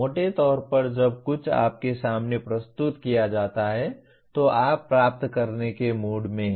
मोटे तौर पर जब कुछ आपके सामने प्रस्तुत किया जाता है तो आप प्राप्त करने के मूड में हैं